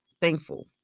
thankful